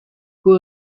who